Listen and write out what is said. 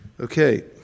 Okay